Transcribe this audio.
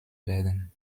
werden